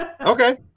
Okay